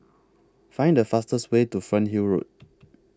Find The fastest Way to Fernhill Road